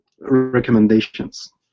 recommendations